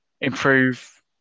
improve